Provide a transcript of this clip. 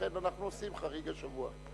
ולכן אנחנו עושים חריג השבוע.